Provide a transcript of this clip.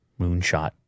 moonshot